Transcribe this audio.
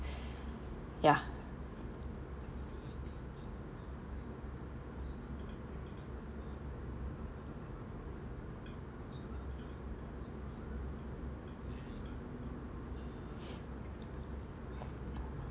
ya